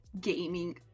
gaming